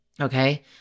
Okay